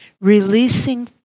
releasing